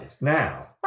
now